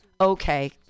okay